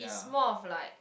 it's more of like